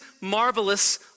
marvelous